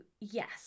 yes